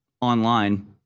online